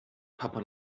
papua